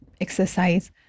exercise